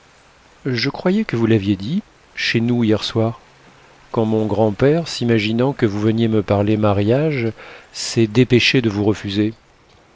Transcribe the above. je croyais que vous l'aviez dit chez nous hier soir quand mon grand-père s'imaginant que vous veniez me parler mariage s'est dépêché de vous refuser